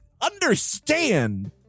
understand